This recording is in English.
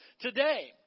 today